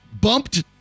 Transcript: bumped